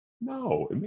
No